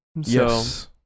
Yes